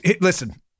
listen